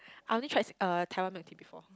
I only tried uh Taiwan milk tea before